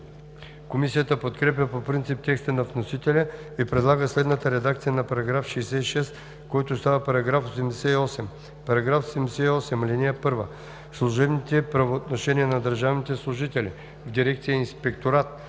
Комисията подкрепя по принцип текста на вносителя и предлага следната редакция на § 66, който става § 88: „§ 88 (1) Служебните правоотношения на държавните служители в дирекция „Инспекторат“